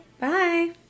Bye